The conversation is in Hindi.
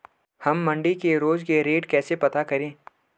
हम मंडी के रोज के रेट कैसे पता करें?